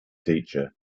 teacher